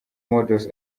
models